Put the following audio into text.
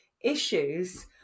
issues